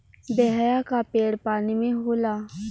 बेहया क पेड़ पानी में होला